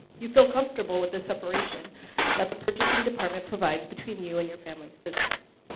you felt comfortable with this separation that the purchasing department provides between you and your family's business.